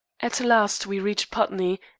at last we reached putney,